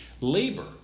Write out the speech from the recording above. Labor